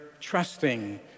trusting